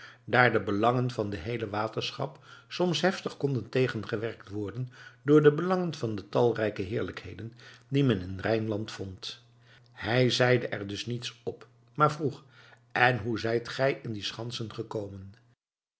daar de belangen van het heele waterschap soms heftig konden tegengewerkt worden door de belangen van de talrijke heerlijkheden die men in rijnland vond hij zeide er dus niets op maar vroeg en hoe zijt gij in die schansen gekomen